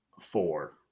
Four